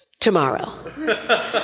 tomorrow